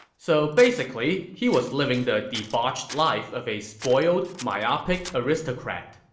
so basically, he was living the debauched life of a spoiled, myopic aristocrat.